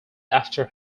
after